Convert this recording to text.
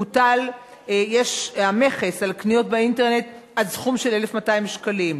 בוטל המכס על קניות באינטרנט עד סכום של 1,200 שקלים.